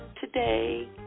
today